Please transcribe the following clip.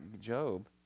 Job